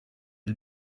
des